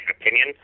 opinion